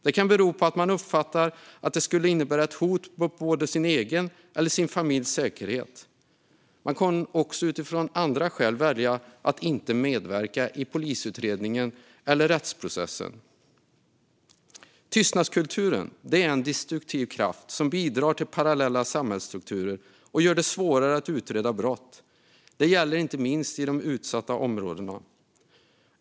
Det kan bero på att man uppfattar att det skulle innebära ett hot mot både egen och familjens säkerhet. Man kan också av andra skäl välja att inte medverka i en polisutredning eller rättsprocess. Tystnadskulturen är en destruktiv kraft som bidrar till parallella samhällsstrukturer och gör det svårare att utreda brott. Detta gäller inte minst i de utsatta områdena.